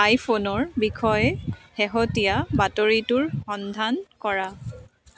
আইফোনৰ বিষয়ে শেহতীয়া বাতৰিটোৰ সন্ধান কৰা